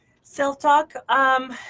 Self-talk